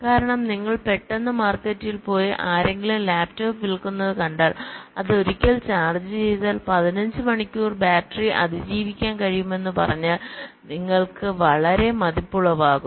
കാരണം നിങ്ങൾ പെട്ടെന്ന് മാർക്കറ്റിൽ പോയി ആരെങ്കിലും ലാപ്ടോപ്പ് വിൽക്കുന്നത് കണ്ടാൽ അത് ഒരിക്കൽ ചാർജ് ചെയ്താൽ 15 മണിക്കൂർ ബാറ്ററി അതിജീവിക്കാൻ കഴിയുമെന്ന് പറഞ്ഞാൽ നിങ്ങൾ വളരെ മതിപ്പുളവാക്കും